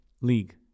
league